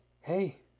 Hey